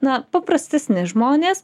na paprastesni žmonės